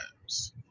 times